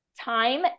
time